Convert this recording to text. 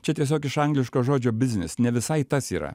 čia tiesiog iš angliško žodžio biznis ne visai tas yra